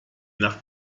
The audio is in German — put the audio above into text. nach